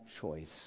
choice